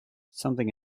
something